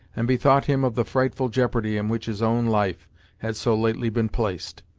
and bethought him of the frightful jeopardy in which his own life had so lately been placed.